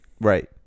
Right